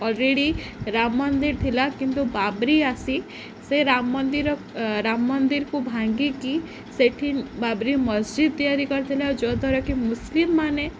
already Ram ମନ୍ଦିର ଥିଲା କିନ୍ତୁ ବାବରି ଆସି ସେ ରାମ ମନ୍ଦିର ରାମ ମନ୍ଦିରକୁ ଭାଙ୍ଗିକି ସେଠି ବାବରି ମସସ୍ଜଜିଦ ତିଆରି କରିଥିଲା ଆଉ ଯଦ୍ୱାରା କି ମୁସଲିମ୍ ମାନେ